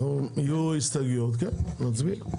יהיו הסתייגויות, כן, נצביע.